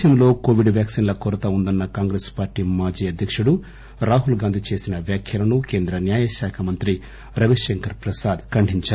దేశంలో కోవిడ్ వ్యాక్సిన్ల కొరత ఉందన్న కాంగ్రెస్ పార్టీ మాజీ అధ్యకుడు రాహుల్ గాంధీ చేసిన వ్యాఖ్యలను కేంద్ర న్యాయశాఖ మంత్రి రవిశంకర్ ప్రసాద్ ఖండించారు